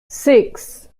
six